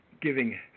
giving